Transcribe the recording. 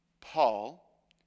Paul